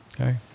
Okay